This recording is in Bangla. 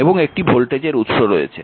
এবং একটি ভোল্টেজের উৎস রয়েছে